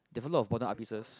they have a lot of modern art pieces